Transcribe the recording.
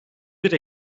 bir